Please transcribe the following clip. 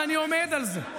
ואני עומד על זה,